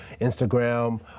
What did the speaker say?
Instagram